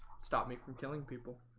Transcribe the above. stopped me from killing people